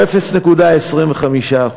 הוא 0.25%,